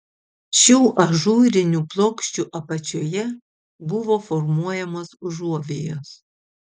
šių ažūrinių plokščių apačioje buvo formuojamos užuovėjos